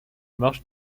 marche